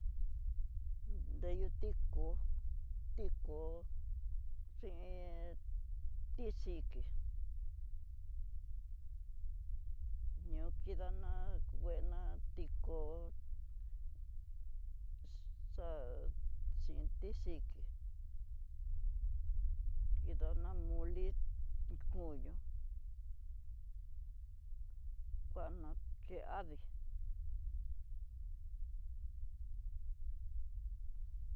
Ndeyú tekóo, tekóo xin tí xhiki ño kidana kuena tíkoo xá'a xhin tí xikí, kidana molé koño kuna xhiadí.